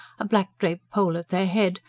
a black-draped pole at their head,